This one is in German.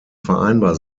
vereinbar